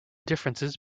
differences